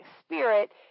spirit